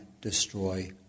destroy